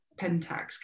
Pentax